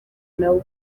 nabo